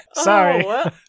sorry